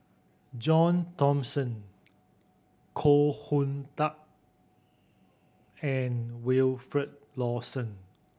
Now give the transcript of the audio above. John Thomson Koh Hoon Teck and Wilfed Lawson